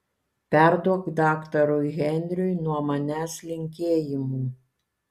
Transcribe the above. perduok daktarui henriui nuo manęs linkėjimų